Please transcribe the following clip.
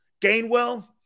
Gainwell